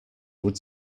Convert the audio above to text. would